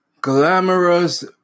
Glamorous